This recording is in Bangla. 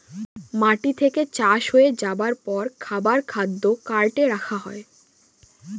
মাটি থেকে চাষ হয়ে যাবার পর খাবার খাদ্য কার্টে রাখা হয়